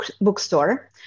bookstore